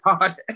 God